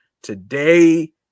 today